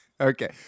Okay